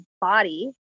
body